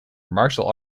martial